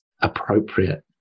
appropriate